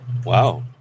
Wow